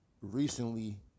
recently